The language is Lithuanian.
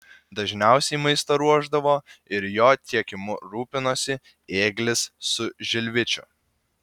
dažniausiai maistą ruošdavo ir jo tiekimu rūpinosi ėglis su žilvičiu